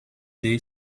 day